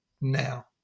now